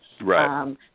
Right